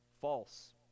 False